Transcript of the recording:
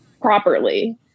properly